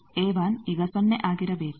a1 ಈಗ ಸೊನ್ನೆ ಆಗಿರಬೇಕು